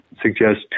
suggest